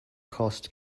cost